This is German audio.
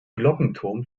glockenturm